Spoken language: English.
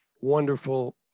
wonderful